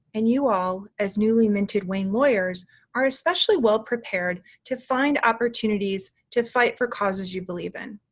and you all as newly minted wayne lawyers are especially well-prepared to find opportunities to fight for causes you believe in,